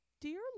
Dear